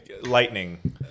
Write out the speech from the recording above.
Lightning